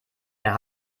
mehr